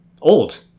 old